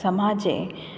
समाजे